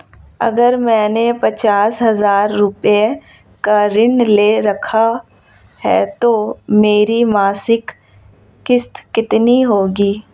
अगर मैंने पचास हज़ार रूपये का ऋण ले रखा है तो मेरी मासिक किश्त कितनी होगी?